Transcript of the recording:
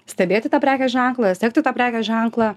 stebėti tą prekės ženklą sekti tą prekės ženklą